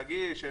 להגיש.